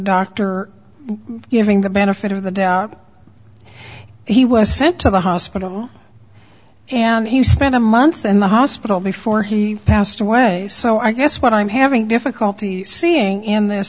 doctor giving the benefit of the doubt he was sent to the hospital and he spent a month in the hospital before he passed away so i guess what i'm having difficulty seeing in this